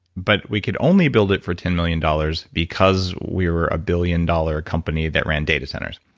but we could only build it for ten million dollars because we were a billion-dollar company that ran data centers.